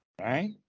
right